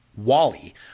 Wally